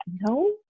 no